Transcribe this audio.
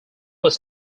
was